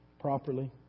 properly